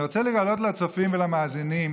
ואני רוצה לגלות לצופים ולמאזינים